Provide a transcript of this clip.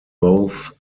both